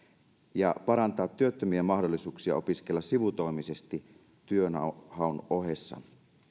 ja parantaa työttömien mahdollisuuksia opiskella sivutoimisesti työnhaun ohessa